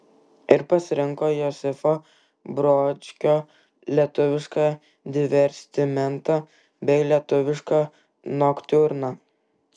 ir pasirinko josifo brodskio lietuvišką divertismentą bei lietuvišką noktiurną